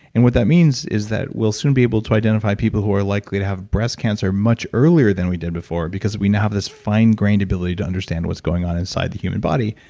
and what that means is that we'll soon be able to identify people who are likely to have breast cancer much earlier than we did before, because we now have this fine-grained ability to understand what's going on inside the human body.